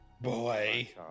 Boy